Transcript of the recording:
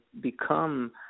become